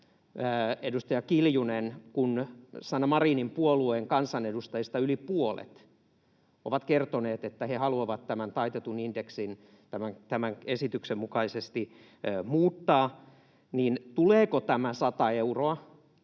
edustaja Kiljunen: Kun Sanna Marinin puolueen kansanedustajista yli puolet on kertonut, että he haluavat taitetun indeksin tämän esityksen mukaisesti muuttaa, niin tuleeko tämä 100 euroa